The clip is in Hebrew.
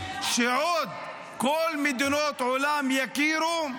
שעוד כל מדינות העולם יכירו,